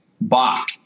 Bach